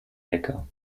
lecker